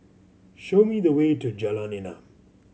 show me the way to Jalan Enam